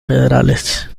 federales